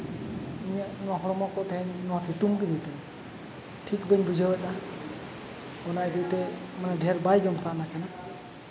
ᱤᱧᱟᱹᱜ ᱱᱚᱣᱟ ᱦᱚᱲᱢᱚ ᱠᱚ ᱛᱮᱦᱮᱧ ᱱᱚᱣᱟ ᱥᱤᱛᱩᱝ ᱠᱷᱟᱹᱛᱤᱨ ᱛᱮ ᱴᱷᱤᱠ ᱵᱟᱹᱧ ᱵᱩᱡᱷᱟᱹᱣ ᱮᱫᱟ ᱚᱱᱟ ᱤᱫᱤᱛᱮ ᱢᱟᱱᱮ ᱰᱷᱮᱨ ᱵᱟᱭ ᱡᱚᱢ ᱥᱟᱱᱟ ᱠᱟᱱᱟ